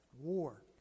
war